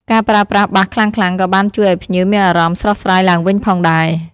ការប្រើប្រាស់បាសខ្លាំងៗក៏បានជួយឱ្យភ្ញៀវមានអារម្មណ៍ស្រស់ស្រាយឡើងវិញផងដែរ។